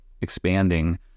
expanding